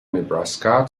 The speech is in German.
nebraska